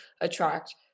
attract